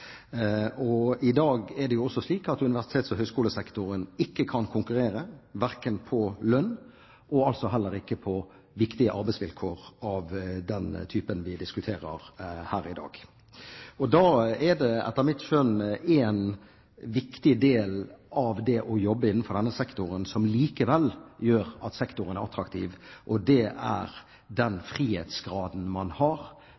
I dag er det også slik at universitets- og høyskolesektoren ikke kan konkurrere verken på lønn eller på viktige arbeidsvilkår av den typen vi diskuterer her i dag. Etter mitt skjønn er en viktig del av det å jobbe innenfor denne sektoren, som likevel gjør at sektoren er attraktiv, den frihetsgraden man har til å følge sine egne ideer i arbeidet, f.eks. som forsker. Da er vi inne på noe som har